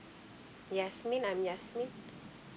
yasmin I'm yasmin